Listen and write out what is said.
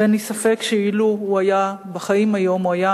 אין לי ספק שאילו הוא היה בחיים היום, הוא היה